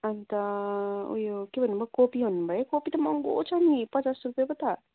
अन्त उयो के भन्नु भयो कोपी भन्नु भयो है कोपी त महँगो छ नि पचास रुपियाँ पो त